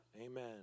Amen